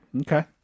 Okay